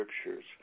scriptures